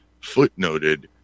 footnoted